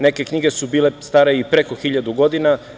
Neke knjige su bile stare i preko hiljadu godina.